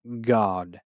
God